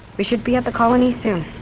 we should be at the colony soon